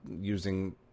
using